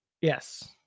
Yes